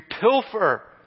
pilfer